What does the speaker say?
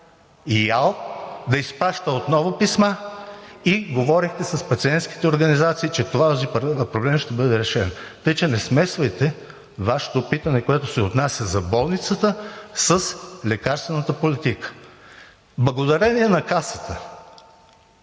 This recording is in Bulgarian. ИАМН да изпраща отново писма и говорихте с пациентските организации, че този проблем ще бъде решен. Така че не смесвайте Вашето питане, което се отнася за болницата, с лекарствената политика. Благодарение на Касата,